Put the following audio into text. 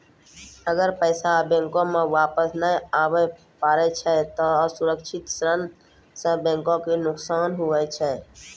अगर पैसा बैंको मे वापस नै आबे पारै छै ते असुरक्षित ऋण सं बैंको के नुकसान हुवै छै